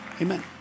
Amen